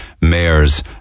mayors